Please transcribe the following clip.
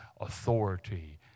authority